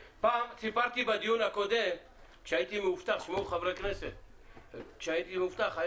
בדיון הקודם סיפרתי שכאשר הייתי מאובטח,